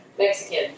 Mexican